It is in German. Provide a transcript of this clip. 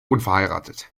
unverheiratet